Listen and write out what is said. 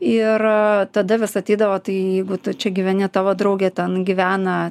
ir tada vis ateidavo tai jeigu tu čia gyveni tavo draugė ten gyvena